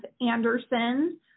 Anderson